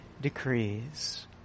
decrees